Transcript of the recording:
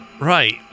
Right